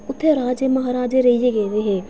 उत्थै राजे महाराजे रेहियै गेदे हे